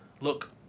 look